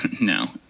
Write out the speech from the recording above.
no